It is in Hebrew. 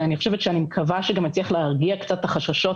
ואני מקווה שגם אצליח להרגיע קצת את החששות.